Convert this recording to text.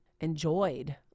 enjoyed